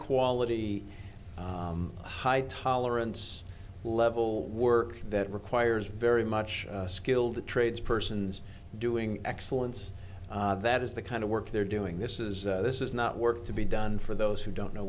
quality high tolerance level work that requires very much skill the trades persons doing excellence that is the kind of work they're doing this is this is not work to be done for those who don't know